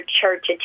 church